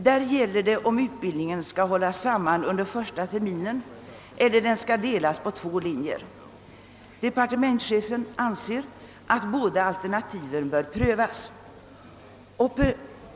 Frågan är, om utbildningen skall hållas samman under första terminen eller om den skall delas upp på två linjer. Departementschefen anser att båda alternativen bör prövas.